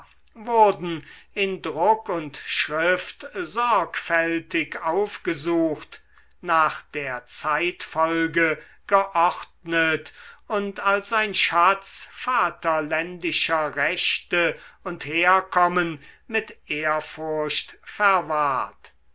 wurden in druck und schrift sorgfältig aufgesucht nach der zeitfolge geordnet und als ein schatz vaterländischer rechte und herkommen mit ehrfurcht verwahrt